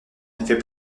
effet